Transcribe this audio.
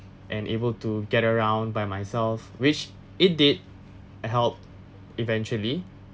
and able to get around by myself which it did help eventually